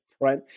right